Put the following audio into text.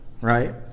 right